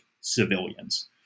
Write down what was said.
civilians